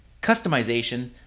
customization